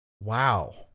Wow